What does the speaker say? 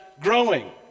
growing